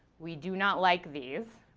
we do not like these.